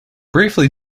briefly